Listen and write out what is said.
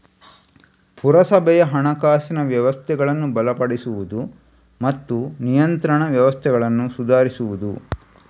ಪುರಸಭೆಯ ಹಣಕಾಸಿನ ವ್ಯವಸ್ಥೆಗಳನ್ನ ಬಲಪಡಿಸುದು ಮತ್ತೆ ನಿಯಂತ್ರಣ ವ್ಯವಸ್ಥೆಗಳನ್ನ ಸುಧಾರಿಸುದು